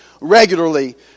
regularly